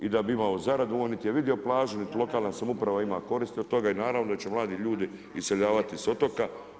I da bi imao zarade on niti je vidio plažu niti lokalna samouprava ima koristi od toga i naravno da će mladi ljudi iseljavati sa otoka.